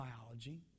biology